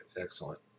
excellent